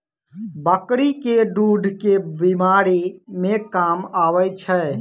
बकरी केँ दुध केँ बीमारी मे काम आबै छै?